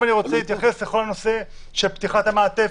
אני רוצה להתייחס לכל הנושא של פתיחת המעטפת,